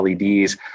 LEDs